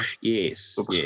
Yes